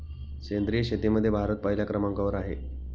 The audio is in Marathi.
सेंद्रिय शेतीमध्ये भारत पहिल्या क्रमांकावर आहे